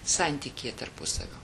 santykyje tarpusavio